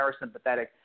parasympathetic